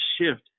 shift